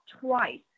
twice